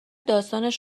داستانش